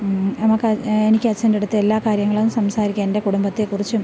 നമുക്ക് എനിക്ക് അച്ഛൻ്റെ അടുത്ത് എല്ലാ കാര്യങ്ങളും സംസാരിക്കാം എൻ്റെ കുടുംബത്തെക്കുറിച്ചും